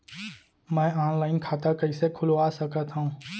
मैं ऑनलाइन खाता कइसे खुलवा सकत हव?